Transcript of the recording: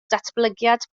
datblygiad